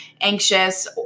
anxious